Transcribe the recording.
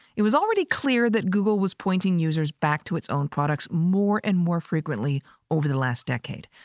it was already clear that google was pointing users back to its own products more and more frequently over the last decade.